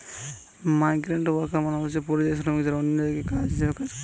migrant worker মানে হতিছে পরিযায়ী শ্রমিক যারা অন্য জায়গায় গিয়ে কাজ করতিছে